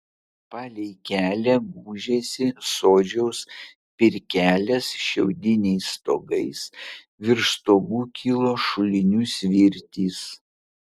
palei kelią gūžėsi sodžiaus pirkelės šiaudiniais stogais virš stogų kilo šulinių svirtys